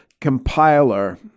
compiler